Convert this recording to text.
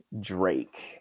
Drake